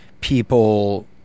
people